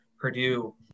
Purdue